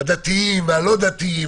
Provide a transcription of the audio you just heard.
את הדתיים והלא דתיים,